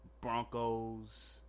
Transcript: Broncos